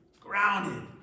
grounded